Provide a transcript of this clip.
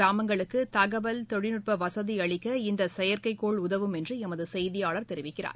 கிராமங்களுக்குதகவல் தொழில்நுட்பவசதிஅளிக்க இந்தசெயற்கைக்கோள் தொலைதுர உகவும் என்றுஎமதுசெய்தியாளர் தெரிவிக்கிறார்